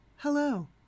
Hello